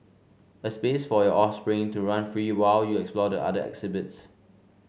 a space for your offspring to run free while you explore the other exhibits